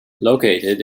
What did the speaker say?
located